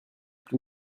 plus